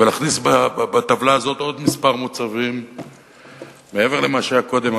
ולהכניס בטבלה הזאת עוד כמה מוצרים מעבר למה שהיה קודם.